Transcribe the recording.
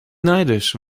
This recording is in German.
neidisch